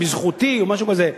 "זכותי", או משהו כזה.